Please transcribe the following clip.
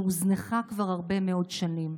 שהוזנחה כבר הרבה מאוד שנים.